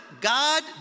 God